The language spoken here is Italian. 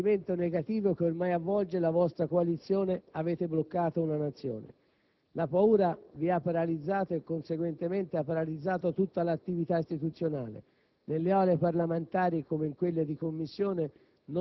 Nell'evidente consapevolezza del sentimento negativo che ormai avvolge la vostra coalizione, avete bloccato una Nazione. La paura vi ha paralizzato e conseguentemente ha paralizzato tutta l'attività istituzionale.